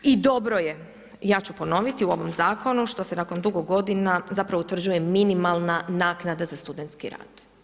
I dobro je, ja ću ponoviti, u ovom zakonu što se nakon dugo godina zapravo utvrđuje minimalna naknada za studentski rad.